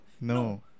No